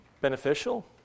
beneficial